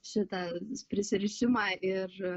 šitą prisirišimą ir